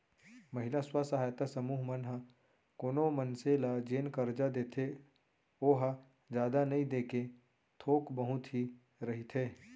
महिला स्व सहायता समूह मन ह कोनो मनसे ल जेन करजा देथे ओहा जादा नइ देके थोक बहुत ही रहिथे